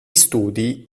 studi